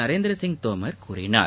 நரேந்திர சிங் தோமர் கூறினார்